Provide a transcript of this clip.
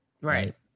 Right